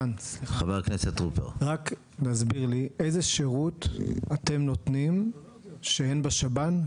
רק להסביר לי איזה שירות אתם נותנים שאין בשב"ן?